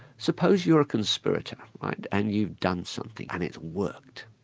suppose you're a conspirator and you've done something, and it worked,